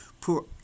poor